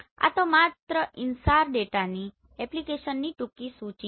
આ તો માત્ર InSAR ડેટાની એપ્લોકેશનની ટૂંકી સૂચિ છે